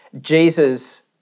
Jesus